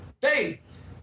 faith